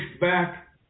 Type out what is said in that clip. back